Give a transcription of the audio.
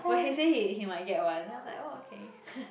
but he say he he might get one then after that orh okay